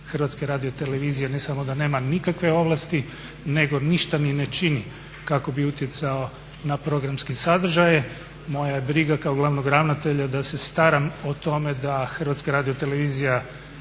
glavni ravnatelj HRT-a ne samo da nema nikakve ovlasti, nego ništa ni ne čini kako bi utjecao na programske sadržaje. Moja je briga kao glavnog ravnatelja da staram o tome da HRT ispunjava svoje